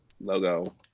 logo